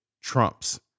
trumps